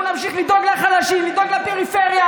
אנחנו נמשיך לדאוג לחלשים, לדאוג לפריפריה.